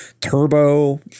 Turbo